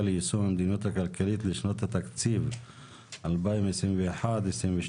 ליישום המדיניות הכלכלית לשנות התקציב 2021 ו-2022,